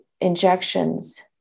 injections